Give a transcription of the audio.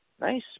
Nice